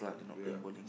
ya